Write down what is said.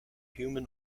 human